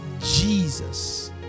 Jesus